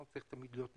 לא תמיד צריך להיות נגד.